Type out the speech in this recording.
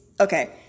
Okay